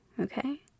okay